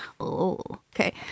okay